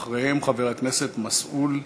ואחריהם, חבר הכנסת מסעוד גנאים.